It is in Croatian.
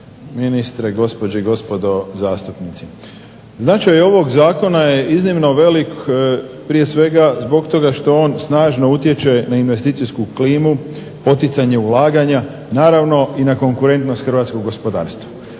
ministre, gospođe i gospodo zastupnici. Značaj ovog zakona je iznimno velik prije svega zbog toga što on snažno utječe na investicijsku klimu, poticanje ulaganja, naravno i na konkurentnost hrvatskog gospodarstva.